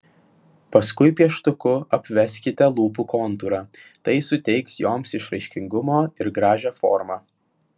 paskui pieštuku apveskite lūpų kontūrą tai suteiks joms išraiškingumo ir gražią formą